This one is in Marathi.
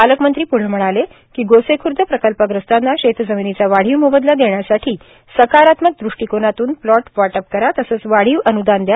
पालकमंत्री पुढे म्हणाले कीए गोसेख्र्द प्रकल्पग्रस्तांना शेतजमिनीचा वाढीव मोबदला देण्यासाठी सकारात्मक दृष्टीकानातून प्लाट वाटप करा तसेच वाढीव अनुदान दया